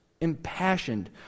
impassioned